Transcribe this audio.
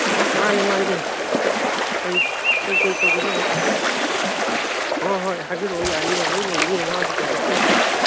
ꯃꯥꯅꯦ ꯃꯥꯅꯦ ꯀꯔꯤ ꯀꯔꯤ ꯀꯔꯤ ꯇꯧꯒꯗꯕ ꯍꯣꯏ ꯍꯣꯏ ꯍꯥꯏꯕꯤꯔꯀꯑꯣ ꯌꯥꯅꯤꯌꯦ ꯂꯣꯏ ꯂꯩꯅꯤꯌꯦ ꯋꯥꯒꯤ ꯄ꯭ꯔꯗꯛꯈꯩꯗꯤ